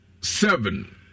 seven